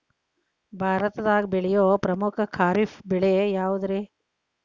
ಭಾರತದಾಗ ಬೆಳೆಯೋ ಪ್ರಮುಖ ಖಾರಿಫ್ ಬೆಳೆ ಯಾವುದ್ರೇ?